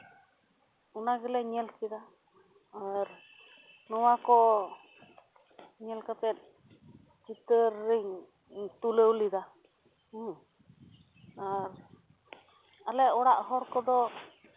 ᱚᱱᱟ ᱜᱮᱞᱮ ᱧᱮᱞ ᱠᱮᱫᱟ ᱟᱨ ᱱᱚᱣᱟ ᱠᱚ ᱧᱮᱞ ᱠᱟᱛᱮ ᱪᱤᱛᱟᱹᱨ ᱤᱧ ᱛᱩᱞᱟᱹᱣ ᱞᱮᱫᱟ ᱟᱨ ᱟᱞᱮ ᱚᱲᱟᱜ ᱦᱚᱲ ᱠᱚᱫᱚ